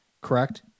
correct